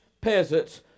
peasants